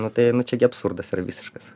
nu tai čia gi absurdas yra visiškas